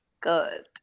good